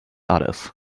others